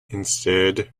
instead